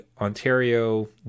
Ontario